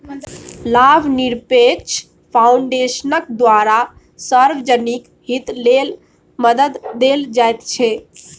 लाभनिरपेक्ष फाउन्डेशनक द्वारा सार्वजनिक हित लेल मदद देल जाइत छै